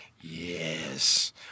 Yes